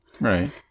right